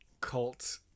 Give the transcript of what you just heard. cult